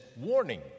warning